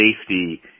safety